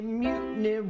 mutiny